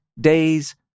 days